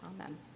Amen